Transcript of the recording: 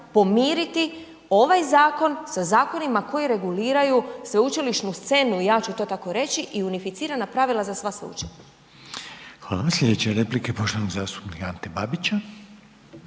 pomiriti ovaj zakon sa zakonima koji reguliraju sveučilišnu scenu, ja ću to tako reći, i unificirana pravila za sva sveučilišta. **Reiner, Željko (HDZ)** Hvala. Slijedeće replike poštovanog zastupnika Ante Babića.